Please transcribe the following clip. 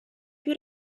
più